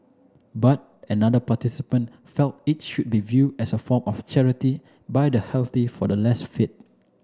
but another participant felt it should be viewed as a form of charity by the healthy for the less fit